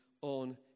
on